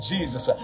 Jesus